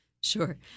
Sure